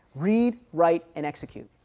read, write and execute,